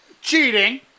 Cheating